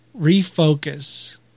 refocus